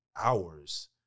hours